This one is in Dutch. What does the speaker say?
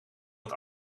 het